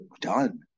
done